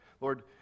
Lord